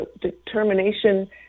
determination